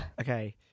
Okay